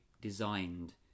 designed